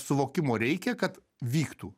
suvokimo reikia kad vyktų